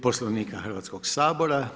Poslovnika Hrvatskog sabora.